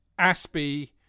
aspie